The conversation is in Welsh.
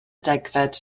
degfed